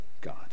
God